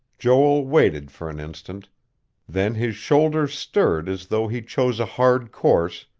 joel waited for an instant then his shoulders stirred as though he chose a hard course,